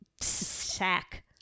sack